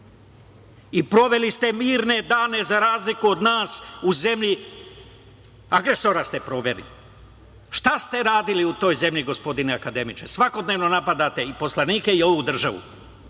Proveli ste mirne dane, za razliku od nas. U zemlji agresora ste proveli. Šta ste radili u toj zemlji gospodine akademiče? Svakodnevno napadate i poslanike i ovu državu.